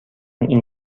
این